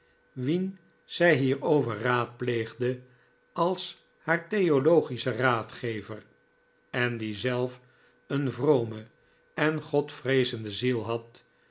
wien zij hierover raadpleegde als haar theologischen raadgever en die zelf een vrome en godvreezende ziel had